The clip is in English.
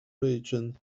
region